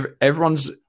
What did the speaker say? everyone's